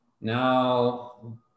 now